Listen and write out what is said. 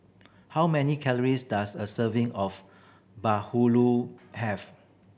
how many calories does a serving of bahulu have